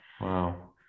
Wow